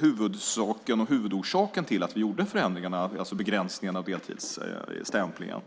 Huvudorsaken till att vi gjorde förändringarna, alltså begränsningarna av deltidsstämplingen,